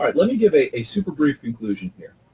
um let me give a super brief conclusion here.